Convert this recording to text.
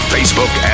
Facebook